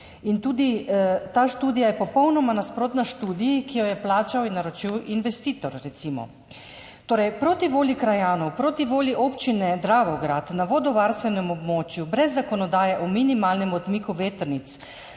Ta študija je popolnoma nasprotna študiji, ki jo je plačal in naročil investitor, recimo. Torej, proti volji krajanov, proti volji Občine Dravograd na vodovarstvenem območju, brez zakonodaje o minimalnem odmiku vetrnic,